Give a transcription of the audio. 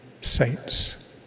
saints